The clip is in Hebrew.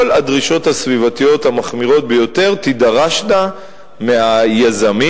כל הדרישות הסביבתיות המחמירות ביותר תידרשנה מהיזמים,